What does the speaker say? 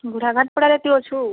ବୁଢ଼ା ଘାଟପଡ଼ାରେ ତୁ ଅଛୁ